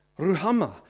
ruhama